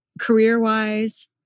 Career-wise